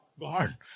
God